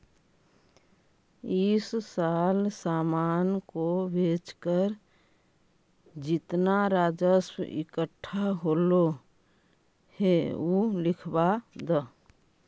इस साल सामान को बेचकर जितना राजस्व इकट्ठा होलो हे उ लिखवा द